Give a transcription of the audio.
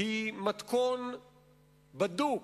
היא מתכון בדוק